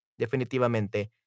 Definitivamente